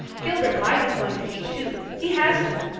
gilbert blythe is going to teach, too. he has to.